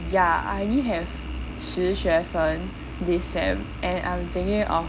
ya I only have 十学分 this sem and I'm thinking of